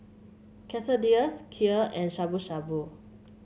Quesadillas Kheer and Shabu Shabu